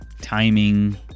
Timing